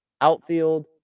Outfield